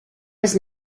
was